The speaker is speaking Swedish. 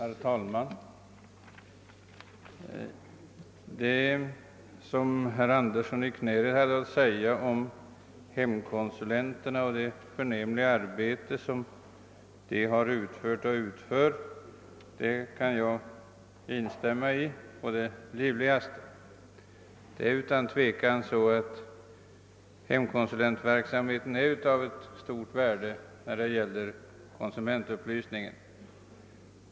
Herr talman! Jag kan på det livligaste instämma i vad herr Andersson i Knäred hade att säga om det förnämliga arbete som hemkonsulenterna har utfört och utför. Deras verksamhet är utan tvekan av stort värde när det gäller konsumentupplysningen.